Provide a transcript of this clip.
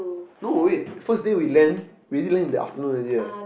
no wait first day we land we land in the afternoon already eh